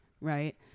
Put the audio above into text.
right